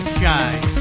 shine